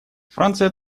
франция